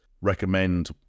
recommend